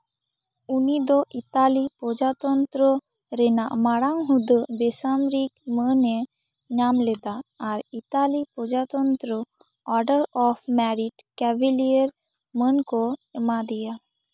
ᱩᱱᱤ ᱫᱚ ᱤᱛᱟᱞᱤ ᱯᱨᱚᱡᱟᱛᱚᱱᱛᱨᱚ ᱨᱮᱱᱟᱜ ᱢᱟᱲᱟᱝ ᱦᱩᱫᱟᱹ ᱵᱮᱥᱟᱢᱨᱤᱠ ᱢᱟᱹᱱᱮ ᱧᱟᱢ ᱞᱮᱫᱟ ᱟᱨ ᱤᱛᱟᱞᱤ ᱯᱨᱚᱡᱟᱛᱚᱱᱛᱨᱚ ᱳᱰᱟᱨ ᱳᱯᱷ ᱢᱮᱨᱤᱴ ᱠᱮᱵᱷᱤᱞᱤᱭᱟᱨ ᱢᱟᱹᱱ ᱠᱚ ᱮᱢᱟ ᱫᱮᱭᱟ